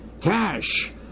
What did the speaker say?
cash